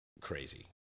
crazy